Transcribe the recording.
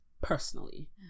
personally